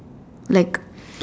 like